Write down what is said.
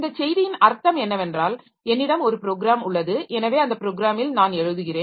இந்த செய்தியின் அர்த்தம் என்னவென்றால் என்னிடம் ஒரு ப்ரோக்ராம் உள்ளது எனவே அந்த ப்ரோக்ராமில் நான் எழுதுகிறேன்